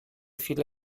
viele